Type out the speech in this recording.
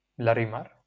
Larimar